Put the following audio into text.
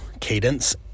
cadence